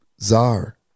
czar